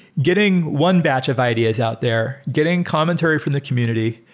getting one batch of ideas out there. getting commentary from the community.